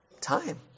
time